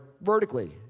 vertically